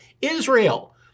Israel